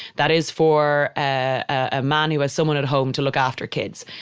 that is for a man who has someone at home to look after kids.